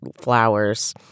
flowers